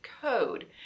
code